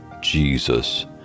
Jesus